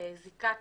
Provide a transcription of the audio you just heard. זיקה כלכלית.